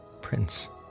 Prince